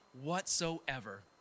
whatsoever